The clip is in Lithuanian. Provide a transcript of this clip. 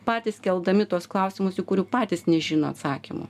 patys keldami tuos klausimus į kurių patys nežino atsakymų